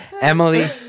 Emily